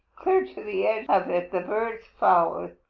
clear to the edge of it the birds followed,